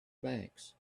banks